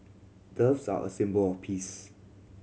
doves are a symbol of peace